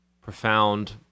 profound